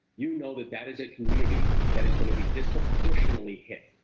you know that that is a community that is gonna be disproportionately hit.